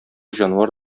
җанвар